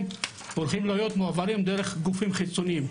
הולכים להיות מועברים דרך גופים חיצוניים,